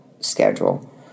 schedule